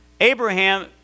Abraham